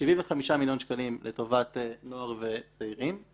75 מיליון שקלים לטובת נוער וצעירים,